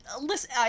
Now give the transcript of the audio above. listen